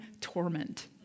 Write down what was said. torment